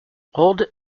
old